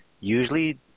usually